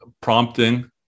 prompting